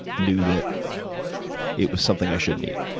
knew that it was something i shouldn't eat.